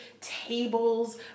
tables